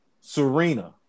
Serena